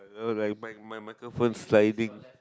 it was like my my my microphone sliding